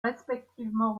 respectivement